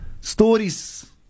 Stories